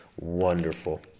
wonderful